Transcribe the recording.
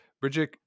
Bridget